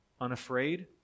unafraid